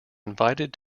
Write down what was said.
invited